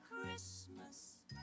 Christmas